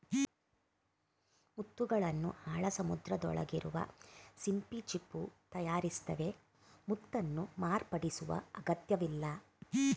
ಮುತ್ತುಗಳನ್ನು ಆಳ ಸಮುದ್ರದೊಳಗಿರುವ ಸಿಂಪಿ ಚಿಪ್ಪು ತಯಾರಿಸ್ತವೆ ಮುತ್ತನ್ನು ಮಾರ್ಪಡಿಸುವ ಅಗತ್ಯವಿಲ್ಲ